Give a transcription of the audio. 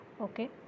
okay